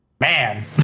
man